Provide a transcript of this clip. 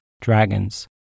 dragons